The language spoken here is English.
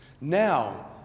Now